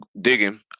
digging